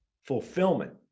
fulfillment